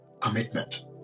commitment